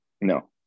No